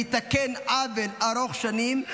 יתקן עוול ארוך שנים,